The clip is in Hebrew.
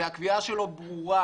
והקביעה שלו ברורה